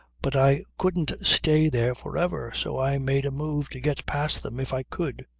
but i couldn't stay there for ever, so i made a move to get past them if i could.